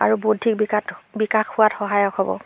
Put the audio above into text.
আৰু বৌদ্ধিক বিকা বিকাশ হোৱাত সহায়ক হ'ব